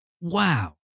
Wow